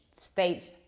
states